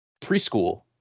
Preschool